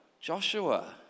Joshua